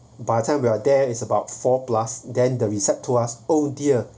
by time we are there is about four plus then the recep~ to us oh dear